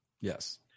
Yes